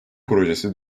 projesi